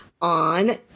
on